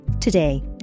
Today